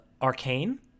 Arcane